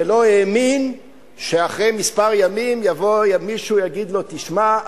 ולא האמין שאחרי ימים מספר יבוא מישהו ויגיד לו: תשמע,